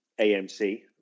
AMC